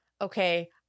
okay